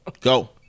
Go